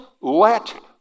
let